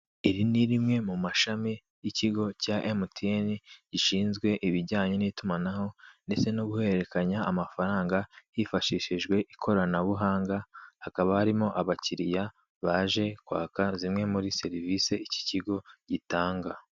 Iri ni rimwe mu mashami y'ikigo cya MTN gishinzwe ibijyanye n'itumanaho ndetse no guhererekanya amafaranga hifashishijwe ikoranabuhanga, hakaba harimo abakiriya baje kwaka zimwe muri serivisi iki kigo gitanga.